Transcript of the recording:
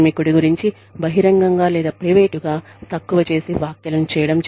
కార్మికుడి గురించి బహిరంగంగా లేదా ప్రైవేటుగా తక్కువ చేసి వ్యాఖ్యలను చేయడం